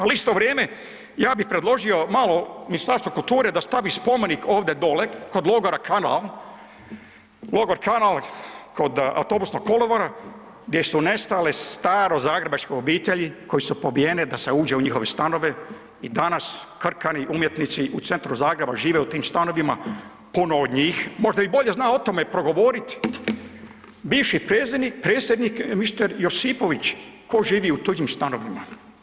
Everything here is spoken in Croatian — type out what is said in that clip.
Al isto vrijeme ja bi predložio malo Ministarstvo kulture da stavi spomenik ovde dole kod logora Kanal, logor Kanal kod autobusnog kolodvora gdje su nestale starozagrebačke obitelji koje su pobijene da se uđe u njihove stanove i danas krkani, umjetnici u centru Zagreba žive u tim stanovima, puno od njih, možda i bolje zna o tome progovoriti bivši predsjednik mister Josipović, tko živi u tuđim stanovima.